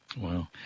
Wow